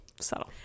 Subtle